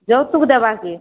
ଯୋଉତୁକ୍ ଦେବାକେ